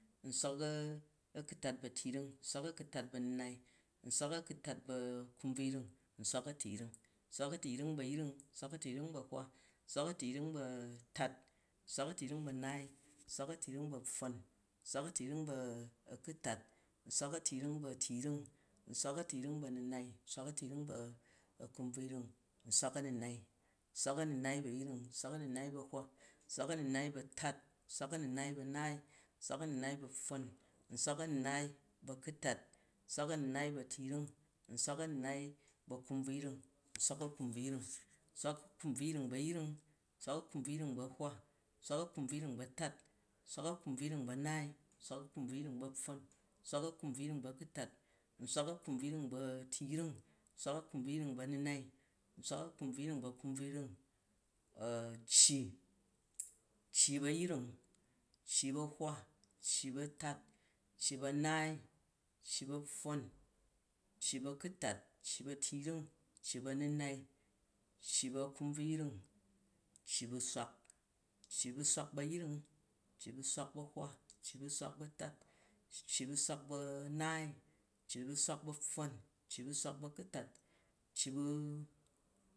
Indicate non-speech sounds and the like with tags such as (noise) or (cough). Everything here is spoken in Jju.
Nswak-a̱ku̱tat bu a̱tu̱yring, nswak-a̱ku̱tat bu a̱nu̱nai, nswak-a̱ku̱tat bu a̱kumbvuyring, nswak-a̱tu̱yring, nswak-atu̱yring bu a̱yring, nswak-atu̱yring bu a̱hwa, nswak-atu̱yring bu atat, nswak-atu̱yring bu a̱naai, nswak-atu̱yring bu a̱pfon, nswak-atu̱yring bu a̱h-ku̱tt, nswak-atu̱yring bu a̱nunai, nswak-atu̱yring bu a̱kumbvuyring, nswak-a̱nu̱nai, nswak-anu̱nai bu a̱yring, nswak-anu̱nai bu a̱hwa, nswak-anu̱nai bu a̱tat, nswak-anu̱nai bu a̱naai, nswak-anu̱nai bu a̱pfon, nswak-anu̱nai bu a̱ku̱tat, nswak-anu̱nai bu a̱tu̱yring, nswak-anu̱nai bu a̱nu̱nai, nswak-anu̱nai bu a̱kumbvuyring, nswak-a̱kumbvuyring, nswak-akumbvuyring bu a̱yring, nswak-akumbvuyring bu a̱hwa, nswak-akumbvuyring bu a̱tat, nswak-akumbvuyring bu a̱naai, nswak-akumbvuyring bu a̱pfon, nswak-akumbvuyring bu a̱ku̱tat, nswak-akumbvuyring bu a̱tu̱yring, nswak-akumbvuyring bu a̱nu̱nai, nswak-akumbvuyring bu akumbvuyring (hesitation) cci, (noise) cci bu a̱yring, cci bu a̱hwa, cci bu a̱tat, cci bu a̱naai, cci bu a̱pfon, cci bu a̱ku̱tat, cci bu a̱tu̱yring, cci bu a̱nu̱nai, cci bu a̱kumbvuyring, cci bu swak, cci bu swak bu a̱yring, cci bu swak bu ahwa, cci bu swak bu atat, cci bu swak bu a̱naai, cci bu swak bu a̱pfon, cci bu swak bu a̱kʉtat, cci bu